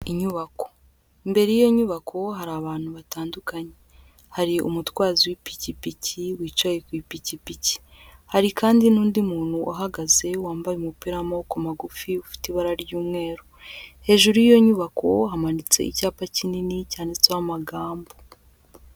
Inyubako, imbere y'iyo nyubako hari abantu batandukanye, hari umutwazi w'ipikipiki wicaye ku ipikipiki, hari kandi n'undi muntu uhagaze wambaye umupira w'amaboko magufi, ufite ibara ry'umweru, hejuru y'iyo nyubako hamanitse icyapa kinini cyanditseho amagambo.